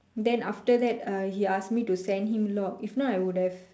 then after that uh he ask me to send him log if not I would have